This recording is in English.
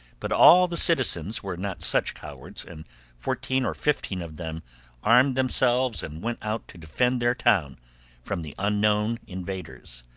but all the citizens were not such cowards, and fourteen or fifteen of them armed themselves and went out to defend their town from the unknown invaders.